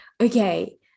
okay